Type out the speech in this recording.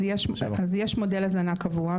יש מודל הזנה קבוע,